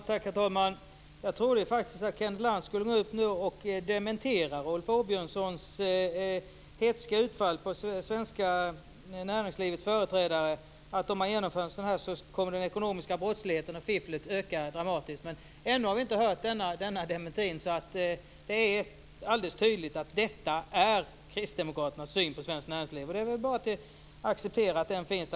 Herr talman! Jag trodde faktiskt att Kenneth Lantz skulle gå upp och dementera Rolf Åbjörnssons hätska utfall på det svenska näringslivets företrädare, att om man genomför detta kommer den ekonomiska brottsligheten och fifflet att öka dramatiskt. Ännu har vi inte hört denna dementi, så att det är alldeles tydligt att detta är Kristdemokraternas syn på svenskt näringsliv. Det är väl bara att acceptera att den finns.